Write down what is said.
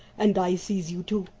and i sees you too.